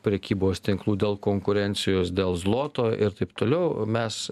prekybos tinklų dėl konkurencijos dėl zloto ir taip toliau mes